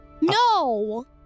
No